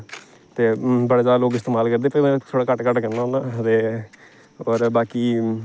ते बडे़ ज्यादा लोक इस्तेमाल करदे फिर में थोह्ड़ा घट्ट घट्ट करना होन्ना ते औऱ बाकी